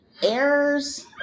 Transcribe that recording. errors